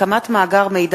מזרעה),